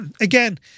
again